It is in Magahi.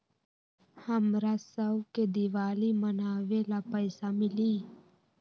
हमरा शव के दिवाली मनावेला पैसा मिली?